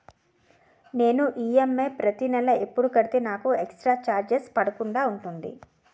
నేను ఈ.ఎమ్.ఐ ప్రతి నెల ఎపుడు కడితే నాకు ఎక్స్ స్త్ర చార్జెస్ పడకుండా ఉంటుంది?